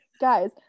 guys